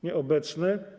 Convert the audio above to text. Nieobecny.